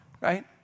Right